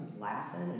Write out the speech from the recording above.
laughing